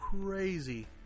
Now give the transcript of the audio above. crazy